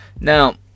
Now